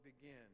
begin